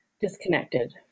disconnected